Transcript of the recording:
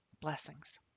Blessings